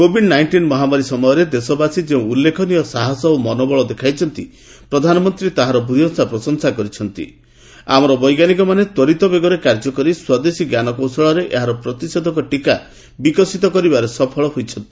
Covid nineteen ମହାମାରୀ ସମୟରେ ଦେଶବାସୀ ଯେଉଁ ଉଲ୍ଲେଖନୀୟ ସାହସ ଓ ମନୋବଳ ଦେଖାଇଛନ୍ତି ତାହାର ଭୂୟସୀ ପ୍ରଶଂସା କରି ପ୍ରଧାନମନ୍ତ୍ରୀ କହିଛନ୍ତି ଆମର ବୈଜ୍ଞାନିକମାନେ ତ୍ୱରିତ ବେଗରେ କାର୍ଯ୍ୟ କରି ସ୍ୱଦେଶୀ ଜ୍ଞାନକୌଶଳରେ ଏହାର ପ୍ରତିଷେଧକ ଟିକା ବିକଶିତ କରିବାରେ ସଫଳ ହୋଇଛନ୍ତି